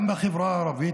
גם בחברה הערבית,